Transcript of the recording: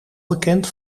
bekend